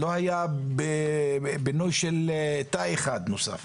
לא היה בינוי של תא אחד נוסף.